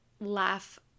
laugh